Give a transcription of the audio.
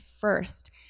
first